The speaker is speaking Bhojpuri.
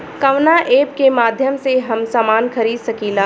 कवना ऐपके माध्यम से हम समान खरीद सकीला?